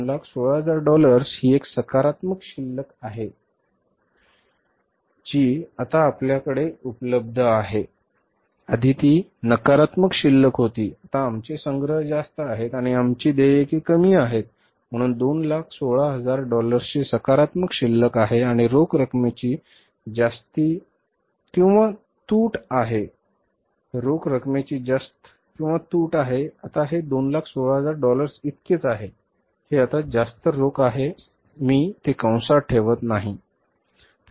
216000 dollars ही एक सकारात्मक शिल्लक आहे जी आता आपल्याकडे उपलब्ध आहे आधी ती नकारात्मक शिल्लक होती आता आमचे संग्रह जास्त आहेत आणि आमची देयके कमी आहेत म्हणून 216000 डॉलर्सची सकारात्मक शिल्लक आहे आणि रोख रकमेची जास्ती किंवा तूट आहे रोख रकमेची जास्त किंवा तूट आहे आता हे 216000 डॉलर्स इतकेच आहे हे आता जास्त रोख आहे मी ते कंसात ठेवत नाही